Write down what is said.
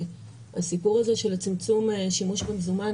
הסיפור הזה של הצמצום של שימוש במזומן,